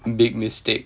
big mistake